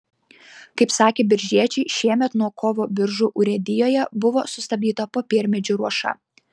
kaip sakė biržiečiai šiemet nuo kovo biržų urėdijoje buvo sustabdyta popiermedžių ruoša